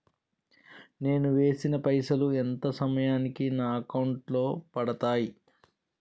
నేను వేసిన పైసలు ఎంత సమయానికి నా అకౌంట్ లో పడతాయి?